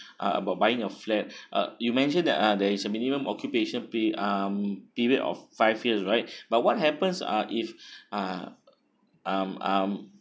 uh about buying your flat uh you mentioned that are there is a minimum occupation pe~ um period of five years right but what happens uh if uh um um